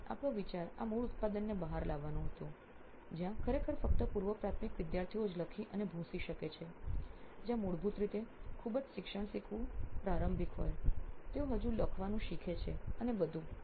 તેથી આપણો વિચાર આ મૂળ ઉત્પાદનને બહાર લાવવાનું હતું જ્યાં ખરેખર ફક્ત પૂર્વ પ્રાથમિક વિદ્યાર્થીઓ જ લખી અને ભૂંસી શકે છે જ્યાં મૂળભૂત રીતે ખૂબ જ શિક્ષણ શીખવું ખૂબ જ પ્રારંભિક હોય છે તેઓ હજી લખવાનું શીખે છે અને બધુ